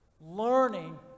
learning